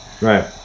Right